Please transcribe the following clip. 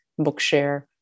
Bookshare